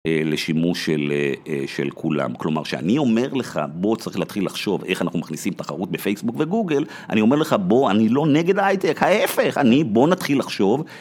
לשימוש של כולם. כלומר שאני אומר לך, בוא צריך להתחיל לחשוב איך אנחנו מכניסים תחרות בפייסבוק וגוגל, אני אומר לך בוא אני לא נגד ההייטק, ההפך, אני בוא נתחיל לחשוב